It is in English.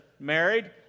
married